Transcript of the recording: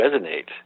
resonate